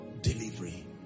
delivery